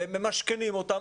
וממשכנים אותם.